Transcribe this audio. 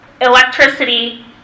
electricity